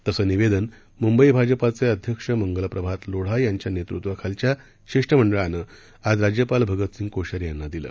तसं निवेदन मुंबई भाजपाचे अध्यक्ष मंगलप्रभात लोढा यांच्या नेतृत्वाखालच्या शिष्टमंडळानं आज राज्यपाल भगतसिंग कोश्यारी यांना दिलं